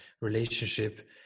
relationship